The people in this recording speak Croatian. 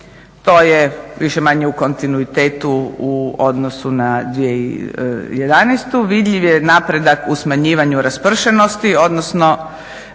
To je više-manje u kontinuitetu u odnosu na 2011. Vidljiv je napredak u smanjivanju raspršenosti, odnosno